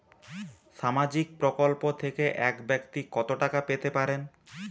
সামাজিক প্রকল্প থেকে এক ব্যাক্তি কত টাকা পেতে পারেন?